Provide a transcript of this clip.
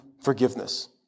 forgiveness